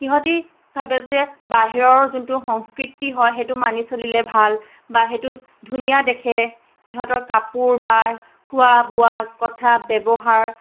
সিহঁতি ভাবে যে বাহিৰৰ যোনটো সংস্কৃতি হয় সেইটো মানি চলিলে ভাল বা সেইটোত ধুনীয়া দেখে সিহঁতৰ কাপোৰ বা খোৱা বোৱা কথা ব্যৱহাৰ